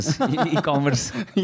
e-commerce